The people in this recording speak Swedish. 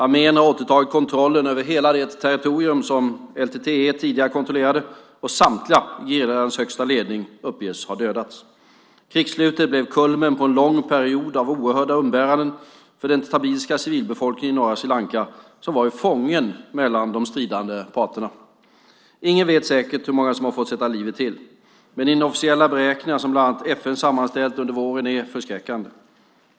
Armén har återtagit kontrollen över hela det territorium som LTTE tidigare kontrollerat, och samtliga i gerillans högsta ledning uppges ha dödats. Krigsslutet blev kulmen på en lång period av oerhörda umbäranden för den tamilska civilbefolkning i norra Sri Lanka som var fången mellan de stridande parterna. Ingen vet säkert hur många som har fått sätta livet till, men de inofficiella beräkningar som bland annat FN sammanställt under våren är förskräckande.